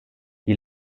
die